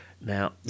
now